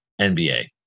NBA